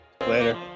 Later